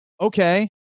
okay